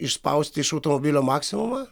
išspausti iš automobilio maksimumą